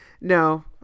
no